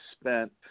spent